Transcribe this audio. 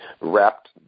wrapped